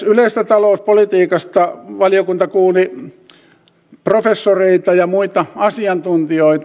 yleisestä talouspolitiikasta valiokunta kuuli professoreita ja muita asiantuntijoita